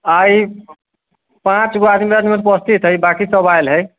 आइ पाँच गो आदमी अनुपस्थित हय बाँकी आयल हय